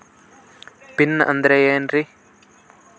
Pin ಅಂದ್ರೆ ಏನ್ರಿ?